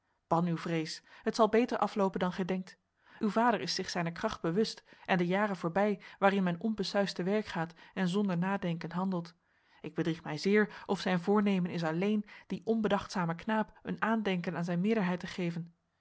uw vrees het zal beter afloopen dan gij denkt uw vader is zich zijner kracht bewust en de jaren voorbij waarin men onbesuisd te werk gaat en zonder nadenken handelt ik bedrieg mij zeer of zijn voornemen is alleen dien onbedachtzamen knaap een aandenken aan zijn meerderheid te geven